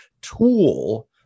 tool